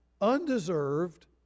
undeserved